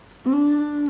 mm